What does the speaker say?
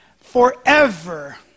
forever